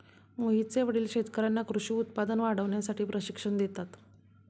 मोहितचे वडील शेतकर्यांना कृषी उत्पादन वाढवण्यासाठी प्रशिक्षण देतात